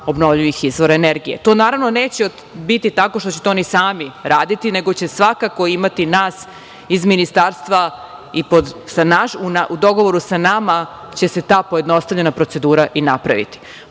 obnovljvih izvora energije. To naravno neće biti tako što će oni sami raditi, nego će svakako imati nas iz ministarstva i u dogovoru sa nama će se ta pojednostavljena procedura i napraviti. Podsetiću